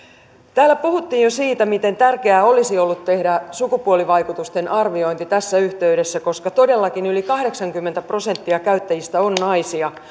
täällä puhuttiin jo siitä miten tärkeää olisi ollut tehdä sukupuolivaikutusten arviointi tässä yhteydessä koska todellakin yli kahdeksankymmentä prosenttia käyttäjistä on naisia